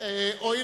הואיל